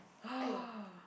!aiyo!